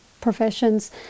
professions